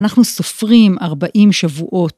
אנחנו סופרים 40 שבועות.